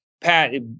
Pat